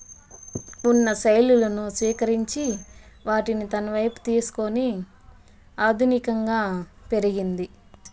ఉన్న శైలులను స్వీకరించి వాటిని తన వైపు తీసుకుని ఆధునికంగా పెరిగింది